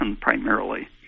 primarily